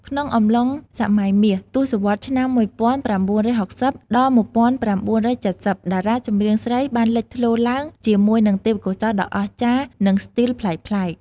ក្នុងអំឡុងសម័យមាស ទសវត្សរ៍ឆ្នាំ ១៩៦០ ដល់ ១៩៧០ តារាចម្រៀងស្រីបានលេចធ្លោឡើងជាមួយនឹងទេពកោសល្យដ៏អស្ចារ្យ និងស្ទីលប្លែកៗ។